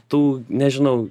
tų nežinau